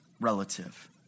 relative